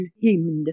hymn